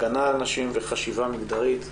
הגנה על נשים וחשיבה מגדרית.